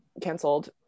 canceled